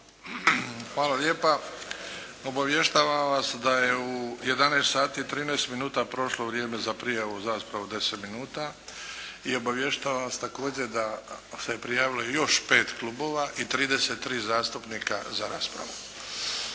Hvala lijepa. Obavještavam vas da je u 11 sati i 13 minuta prošlo vrijeme za prijavu za raspravu od 10 minuta. I obavještavam vas također da se prijavilo još 5 klubova i 33 zastupnika za raspravu.